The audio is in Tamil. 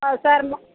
ஆ சார்